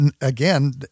again